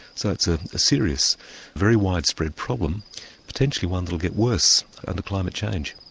so it's a ah serious very widespread problem potentially one that will get worse under climate changes.